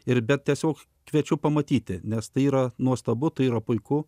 ir bet tiesiog kviečiu pamatyti nes tai yra nuostabu tai yra puiku